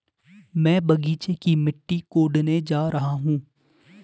मैं बगीचे की मिट्टी कोडने जा रहा हूं